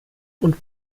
und